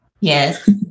Yes